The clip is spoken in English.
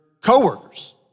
coworkers